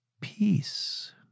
peace